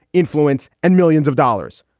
influence and millions of dollars.